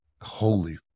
Holy